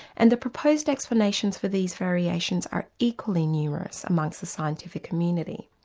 and the proposed explanations for these variations are equally numerous amongst the scientific community.